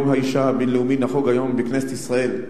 יום האשה הבין-לאומי נחוג היום בכנסת ישראל.